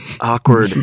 Awkward